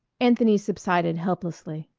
anthony subsided helplessly.